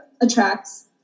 attracts